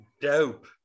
dope